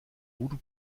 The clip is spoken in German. voodoo